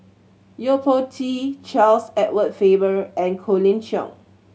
Yo Po Tee Charles Edward Faber and Colin Cheong